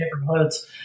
neighborhoods